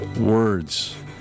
Words